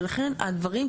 ולכן הדברים,